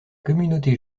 communauté